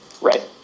Right